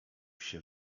się